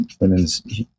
women's